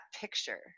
picture